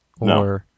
No